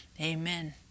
amen